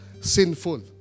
Sinful